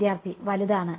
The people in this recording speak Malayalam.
വിദ്യാർത്ഥി വലുതാണ്